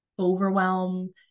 overwhelm